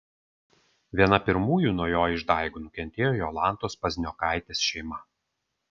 viena pirmųjų nuo jo išdaigų nukentėjo jolantos pazniokaitės šeima